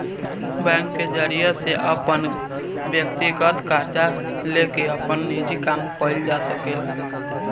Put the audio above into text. bank के जरिया से अपन व्यकतीगत कर्जा लेके आपन निजी काम कइल जा सकेला